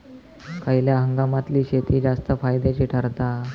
खयल्या हंगामातली शेती जास्त फायद्याची ठरता?